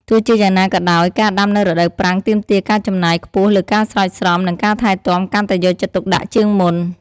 ទោះជាយ៉ាងណាក៏ដោយ ការដាំនៅរដូវប្រាំងទាមទារ ការចំណាយខ្ពស់លើការស្រោចស្រព និងការថែទាំកាន់តែយកចិត្តទុកដាក់ជាងមុន។